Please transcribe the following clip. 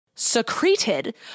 secreted